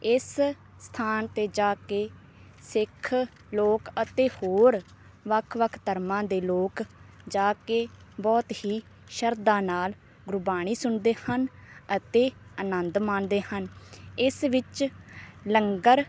ਇਸ ਸਥਾਨ 'ਤੇ ਜਾ ਕੇ ਸਿੱਖ ਲੋਕ ਅਤੇ ਹੋਰ ਵੱਖ ਵੱਖ ਧਰਮਾਂ ਦੇ ਲੋਕ ਜਾ ਕੇ ਬਹੁਤ ਹੀ ਸ਼ਰਧਾ ਨਾਲ ਗੁਰਬਾਣੀ ਸੁਣਦੇ ਹਨ ਅਤੇ ਅਨੰਦ ਮਾਣਦੇ ਹਨ ਇਸ ਵਿੱਚ ਲੰਗਰ